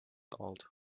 old